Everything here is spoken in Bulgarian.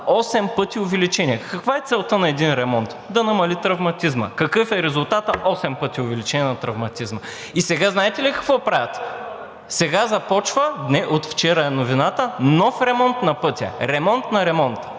пъти увеличение. Каква е целта на един ремонт? Да намали травматизма. Какъв е резултатът? Осем пъти увеличение на травматизма! И сега знаете ли какво правят? Сега започва, от вчера е новината, нов ремонт на пътя – ремонт на ремонта.